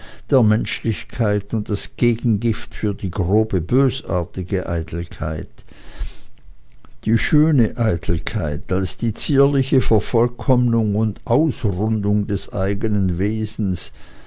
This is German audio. der menschlichkeit und das gegengift für die grobe bösartige eitelkeit die schöne eitelkeit als die zierliche vervollkommnung und ausrundung des eigenen wesens